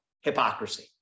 hypocrisy